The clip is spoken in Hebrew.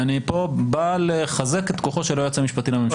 אני כאן בא לחזק את כוחו של היועץ המשפטי לממשלה.